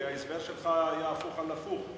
כי ההסבר שלך היה הפוך על הפוך,